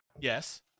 Yes